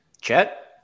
Chet